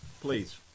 please